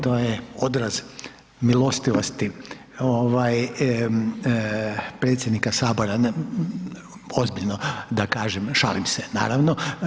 To je odraz milostivosti predsjednika Sabora, ozbiljno da kažem, šalim se, naravno.